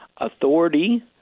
authority